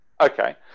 Okay